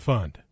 Fund